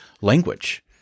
language